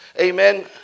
amen